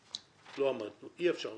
לא עמדנו, אי אפשר לעמוד בזה.